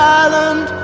island